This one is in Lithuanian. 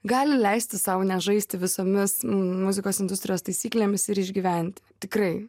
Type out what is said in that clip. gali leisti sau nežaisti visomis muzikos industrijos taisyklėmis ir išgyventi tikrai